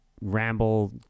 ramble